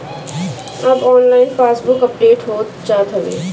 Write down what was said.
अब online passbook update हो जात हवे